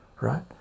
right